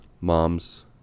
moms